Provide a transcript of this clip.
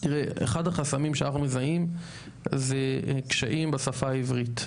תראה אחד החסמים שאנחנו מזהים זה קשיים בשפה העברית.